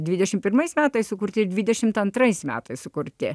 dvidešimt pirmais metais sukurti dvidešimt antrais metais sukurti